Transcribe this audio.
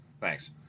Thanks